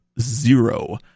zero